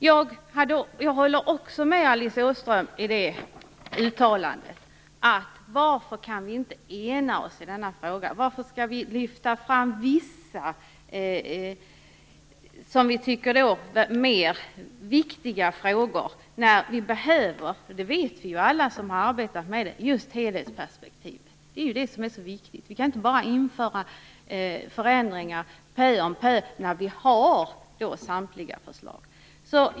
Jag håller också med Alice Åström om följande uttalande: Varför kan vi inte ena oss i denna fråga? Varför skall vi lyfta fram vissa frågor som vi tycker är mer viktiga när vi behöver helhetsperspektivet? Alla som har arbetat med det vet att det är viktigt. Vi kan inte bara införa förändringar pö om pö när vi har samtliga förslag.